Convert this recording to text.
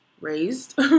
raised